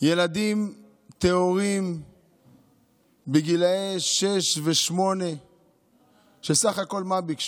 ילדים טהורים בגיל שש ושמונה שסך הכול, מה ביקשו?